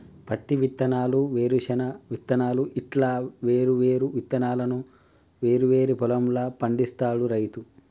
పత్తి విత్తనాలు, వేరుశన విత్తనాలు ఇట్లా వేరు వేరు విత్తనాలను వేరు వేరు పొలం ల పండిస్తాడు రైతు